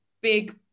big